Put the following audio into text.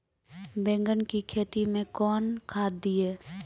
बैंगन की खेती मैं कौन खाद दिए?